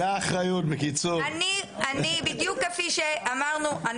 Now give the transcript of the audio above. בדיוק כפי שאמרנו,